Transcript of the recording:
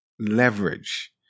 leverage